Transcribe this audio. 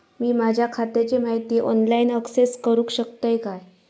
मी माझ्या खात्याची माहिती ऑनलाईन अक्सेस करूक शकतय काय?